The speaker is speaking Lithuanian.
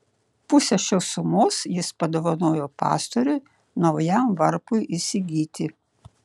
pusę šios sumos jis padovanojo pastoriui naujam varpui įsigyti